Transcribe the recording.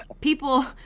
people